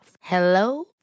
Hello